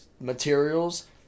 materials